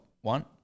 One